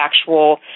actual